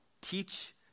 teach